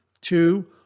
two